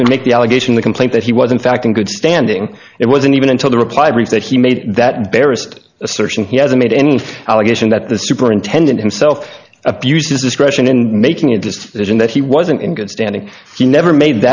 even make the allegation the complaint that he was in fact in good standing it wasn't even until the reply brief that he made that barest assertion he has made any allegation that the superintendent himself abused his discretion in making a decision that he wasn't in good standing he never made